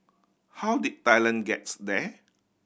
how did Thailand gets there